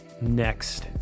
next